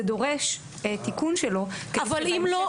זה דורש תיקון שלו כדי שבהמשך אפשר יהיה